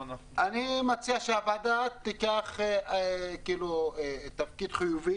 אני מציע שהוועדה תיקח תפקיד חיובי.